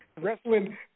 wrestling